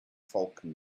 falcon